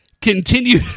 continue